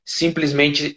simplesmente